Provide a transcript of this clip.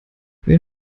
wer